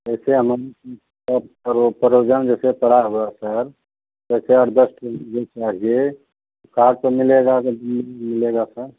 जैसे हम परोजन जैसे पड़ा है सर जैसे आठ दस ठो जो चाहिए कार्ड से मिलेगा सर